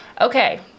Okay